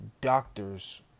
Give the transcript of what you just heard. doctors